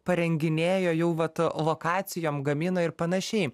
parenginėjo jau vat lokacijom gamino ir panašiai